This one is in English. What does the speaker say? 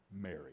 Mary